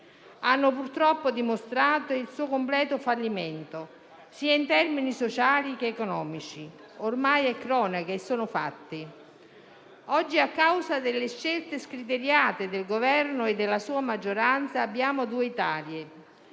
Hanno purtroppo dimostrato il suo completo fallimento, in termini sia sociali sia economici; ormai è cronaca, sono fatti. Oggi, a causa delle scelte scriteriate del Governo e della sua maggioranza, abbiamo due Italie: